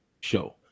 show